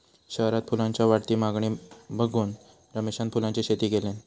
शहरात फुलांच्या वाढती मागणी बघून रमेशान फुलांची शेती केल्यान